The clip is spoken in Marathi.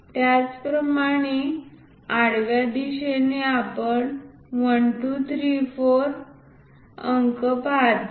त्याचप्रमाणे आडव्या दिशेने आपण 1 2 3 आणि 4 अंक पाहतो